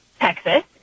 Texas